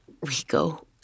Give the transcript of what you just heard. Rico